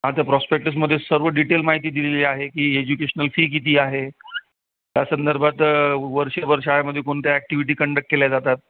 हा त्या प्रॉस्पेक्टसमध्ये सर्व डिटेल माहिती दिलेली आहे की एज्युकेशनल फी किती आहे त्या संदर्भात वर्षभर शाळेमध्ये कोणत्या ॲक्टिविटी कंडक्ट केल्या जातात